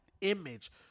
image